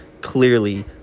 clearly